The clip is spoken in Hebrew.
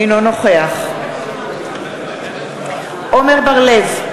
אינו נוכח עמר בר-לב,